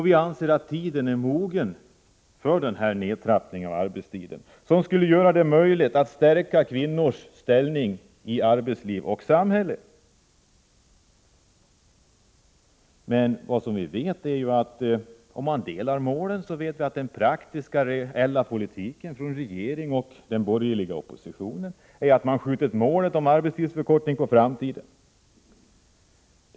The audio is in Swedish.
Vi anser att tiden är mogen för den här nedtrappningen av arbetstiden, som skulle göra det möjligt att stärka kvinnors ställning i arbetsliv och samhälle. Vi vet att även om man delar uppfattning om målet är regeringens och den borgerliga oppositionens praktiska, reella politik att skjuta målet om arbetstidsförkortning på framtiden.